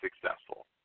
successful